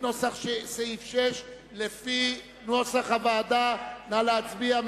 נא להצביע.